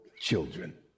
children